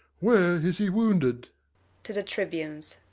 where is he wounded to the tribunes,